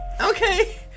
Okay